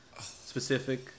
specific